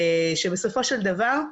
בסופו של דבר,